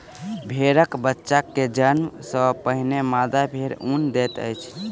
भेड़क बच्चा के जन्म सॅ पहिने मादा भेड़ ऊन दैत अछि